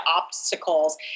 obstacles